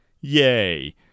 Yay